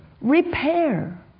Repair